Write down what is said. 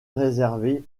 réserver